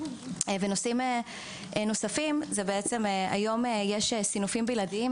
נושאים נוספים: היום יש סינופים בלעדיים